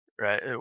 right